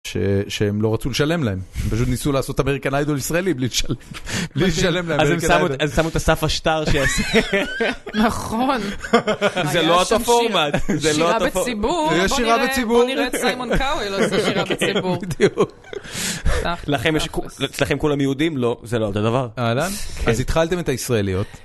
שהם לא רצו לשלם להם, הם פשוט ניסו לעשות אמריקן איידול ישראלי בלי לשלם להם. אז הם שמו את אסף אשתר שיש. נכון. זה לא אותו הפורמט. שירה בציבור. בוא נראה את סיימון קאוול עושה שירה בציבור. בדיוק. אצלכם כולם יהודים? לא, זה לא אותו הדבר. הלאה. אז התחלתם את הישראליות.